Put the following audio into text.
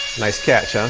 nice catch, yeah